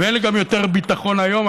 ואין לי יותר ביטחון היום.